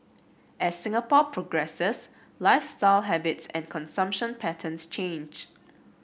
as Singapore progresses lifestyle habits and consumption patterns change